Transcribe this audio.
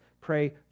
Pray